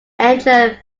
angela